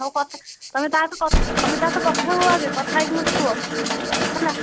ହଉ କଥା ତମେ ତା ସହ କଥା ତମେ ତା ସହ କଥା ହୁଅ ଆଗେ କଥା ହେଇକି ମୋତେ କୁହ ହେଲା